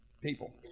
people